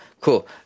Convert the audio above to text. cool